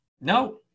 No